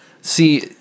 See